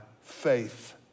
faith